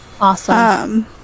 Awesome